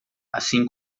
assim